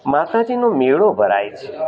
માતાજીનો મેળો ભરાય છે